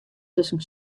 tusken